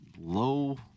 low